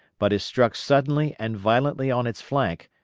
but is struck suddenly and violently on its flank,